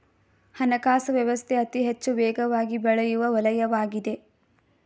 ಹಣಕಾಸು ವ್ಯವಸ್ಥೆ ಅತಿಹೆಚ್ಚು ವೇಗವಾಗಿಬೆಳೆಯುವ ವಲಯವಾಗಿದೆ